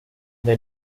the